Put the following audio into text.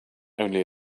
only